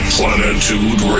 Plenitude